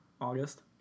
August